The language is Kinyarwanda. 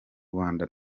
rwanda